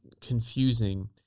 confusing